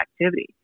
activity